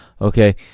Okay